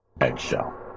eggshell